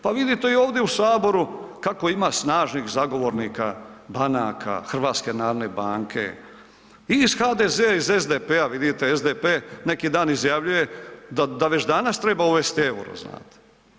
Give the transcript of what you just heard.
Pa vidite i ovdje u Saboru kako ima snažnih zagovornika banaka, HNB-a, iz HDZ-a, iz SDP-a, vidite, SDP neki dan izjavljuje da već danas treba uvesti euro, znate?